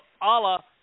Allah